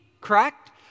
correct